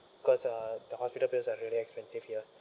cause uh the hospital bills are really expensive here